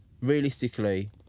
realistically